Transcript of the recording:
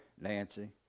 Nancy